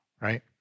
right